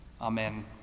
Amen